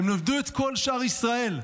הם לימדו את כל שאר ישראל.